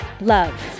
Love